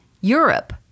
Europe